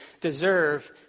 deserve